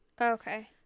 Okay